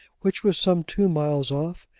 which was some two miles off,